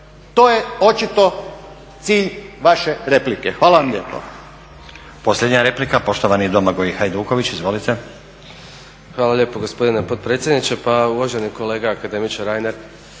To je očito cilj vaše replike. Hvala vam lijepo